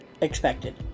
expected